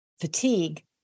fatigue